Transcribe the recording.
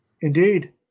Indeed